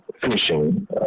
finishing